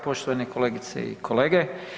Poštovane kolegice i kolege.